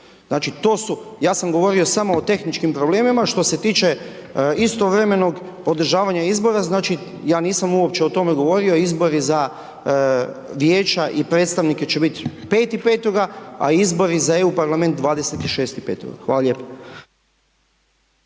znači to su, ja sam govorio samo o tehničkim problemima. Što se tiče istovremenog održavanja izbora, ja nisam uopće o tome govorio. Izbori za vijeća i predstavnike će biti 5.5. a izbori za EU parlament 26.5. Hvala lijepo.